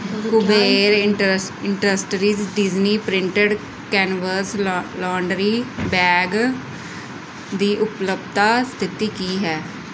Kuber indus industries Disney printed canvas ਲਾਂ laundry bag ਦੀ ਉਪਲਬਧਤਾ ਸਥਿਤੀ ਕੀ ਹੈ